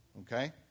Okay